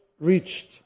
reached